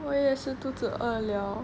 我也是肚子饿了